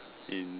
in